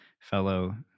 fellow